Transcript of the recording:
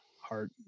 heart